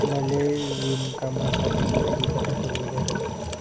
मले विणकामासाठी किती रुपयानं कर्ज भेटन?